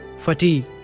fatigue